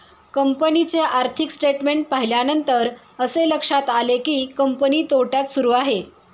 कंपनीचे आर्थिक स्टेटमेंट्स पाहिल्यानंतर असे लक्षात आले की, कंपनी तोट्यात सुरू आहे